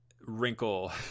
wrinkle